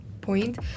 point